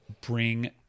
bring